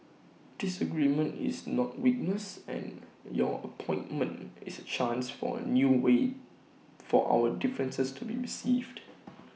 disagreement is not weakness and your appointment is A chance for A new way for our differences to be received